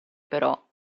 però